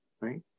right